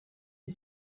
est